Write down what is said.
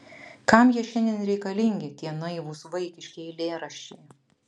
kam jie šiandien reikalingi tie naivūs vaikiški eilėraščiai